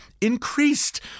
increased